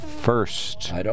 first